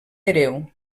hereu